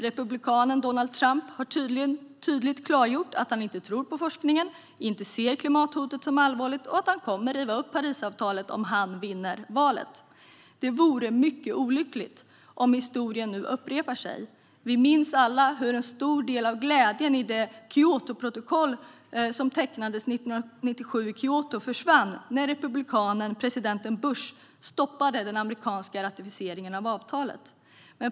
Republikanen Donald Trump har tydligt klargjort att han inte tror på forskningen och inte ser klimathotet som allvarligt och att han kommer att riva upp Parisavtalet om han vinner valet. Det vore mycket olyckligt om historien upprepar sig. Vi minns alla hur en stor del av glädjen över det Kyotoprotokoll som tecknades 1997 i Kyoto försvann när republikanen president Bush stoppade den amerikanska ratificeringen av avtalet.